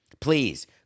please